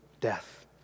Death